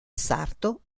sarto